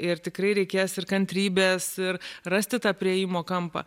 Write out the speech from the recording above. ir tikrai reikės ir kantrybės ir rasti tą priėjimo kampą